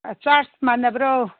ꯑꯥ charge ꯃꯥꯟꯅꯕ꯭ꯔꯣ